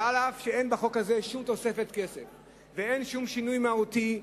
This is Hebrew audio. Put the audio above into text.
שאף-על-פי שאין בחוק הזה שום תוספת כסף ואין שום שינוי מהותי,